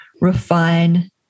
refine